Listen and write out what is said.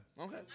Okay